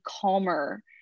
calmer